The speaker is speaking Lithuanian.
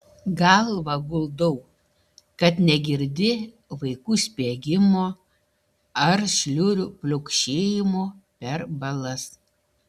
galvą guldau kad negirdi vaikų spiegimo ar šliurių pliaukšėjimo per balas